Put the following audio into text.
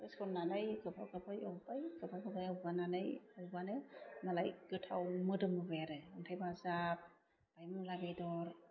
होसननानै खोबहाब खोबहाब एवबाय खोबहाब खोबहाब एवनानै एवबानो मालाय गोथाव मोदोम बोबाय आरो अन्थाइ बाजाब ओमफ्राइ मुला बेदर